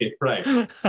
Right